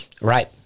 right